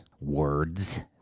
words